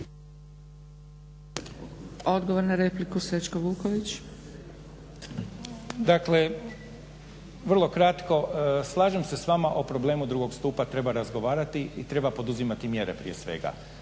Odgovor na repliku, Srećko Vuković. **Vuković, Srećko** Dakle, vrlo kratko. Slažem se s vama o problemu drugog stupa treba razgovarati i treba poduzimati mjere prije svega.